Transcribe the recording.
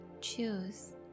choose